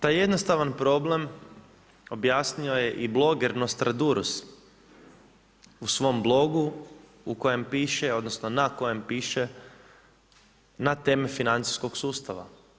Ta jednostavan problem objasnio je i bloger Nostradurus u svom blogu u kojem piše, odnosno na kojem piše, na teme financijskog sustava.